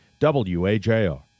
WAJR